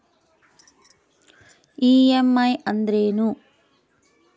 EMI ಅಂದ್ರೇನು?